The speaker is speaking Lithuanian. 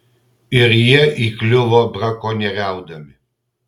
ir jie įkliuvo brakonieriaudami